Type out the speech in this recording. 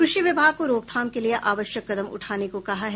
कृषि विभाग को रोकथाम के लिए आवश्यक कदम उठाने को कहा है